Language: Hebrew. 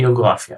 ביוגרפיה